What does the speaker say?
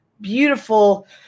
beautiful